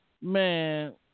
Man